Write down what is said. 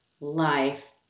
life